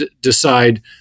decide